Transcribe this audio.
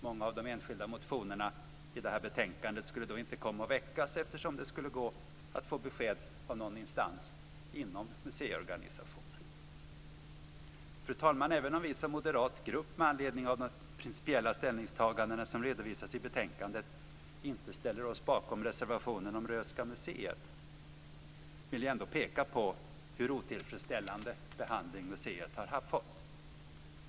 Många av de enskilda motionerna i betänkandet skulle då inte komma att väckas eftersom det skulle gå att få besked av någon instans inom museiorganisationen. Fru talman! Även vi som moderat grupp med anledning av de principiella ställningstagandena som redovisas i betänkandet inte ställer oss bakom reservationen om Röhsska museet, vill jag ändå peka på hur otillfredsställande behandling museet har fått.